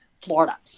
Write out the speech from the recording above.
Florida